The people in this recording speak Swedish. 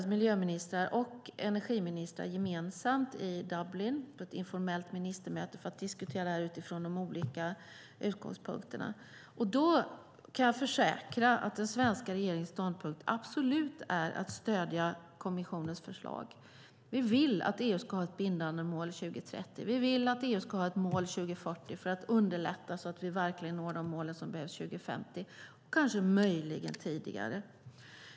Miljöministrar och energiministrar träffades i Dublin på ett informellt ministermöte för att diskutera det här utifrån de olika utgångspunkterna. Jag kan försäkra att den svenska regeringens ståndpunkt absolut är att stödja kommissionens förslag - vi vill att EU ska ha ett bindande mål 2030. Vi vill att EU ska ha ett mål 2040 för att underlätta så att vi verkligen når de mål som behövs 2050 - möjligen tidigare.